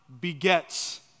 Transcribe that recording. begets